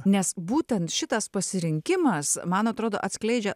nes būtent šitas pasirinkimas man atrodo atskleidžia